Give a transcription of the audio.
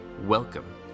welcome